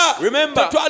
Remember